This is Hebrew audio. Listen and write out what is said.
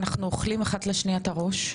אנחנו אוכלים אחת לשנייה את הראש,